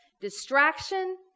distraction